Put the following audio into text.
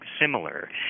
similar